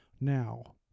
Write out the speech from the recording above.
now